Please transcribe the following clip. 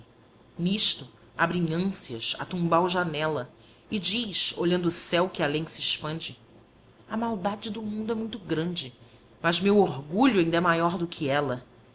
nisto abre em ânsias a tumbal janela e diz olhando o céu que além se expande a maldade do mundo é muito grande mas meu orgulho ainda é maior do que ela